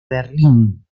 berlín